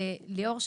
ליאור,